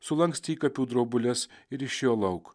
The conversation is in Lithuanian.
sulankstė įkapių drobules ir išėjo lauk